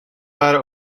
waren